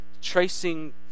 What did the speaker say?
tracing